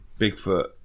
Bigfoot